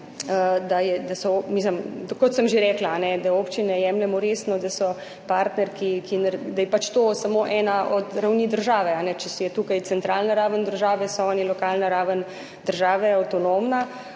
mislim, kot sem že rekla, a ne, da občine jemljemo resno, da so partnerki, ki, da je pač to samo ena od ravni države, ne, če si je tukaj centralna raven države, so oni lokalna raven države, avtonomna,